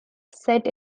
set